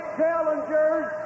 challengers